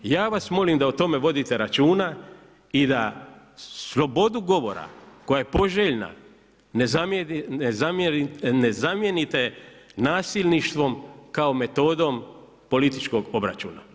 Ja vas molim da o tome vodite računa i da slobodu govora koja je poželjna ne zamijenite nasilništvom kao metodom političkog obračuna.